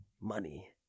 money